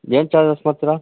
ಏನು ಚಾರ್ಜಸ್ ಮಾಡ್ತೀರ